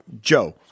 Joe